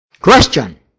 Question